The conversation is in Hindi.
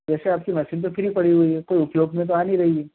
वैसे आपकी मसीन तो फ्री पड़ी हुई है कोई उपयोग में तो आ नहीं रही है